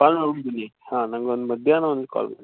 ಕಾಲ್ ಮಾಡ್ಬಿಟ್ಟು ಬನ್ನಿ ಹಾಂ ನಂಗೊಂದು ಮಧ್ಯಾಹ್ನ ಒಂದು ಕಾಲ್